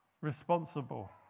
responsible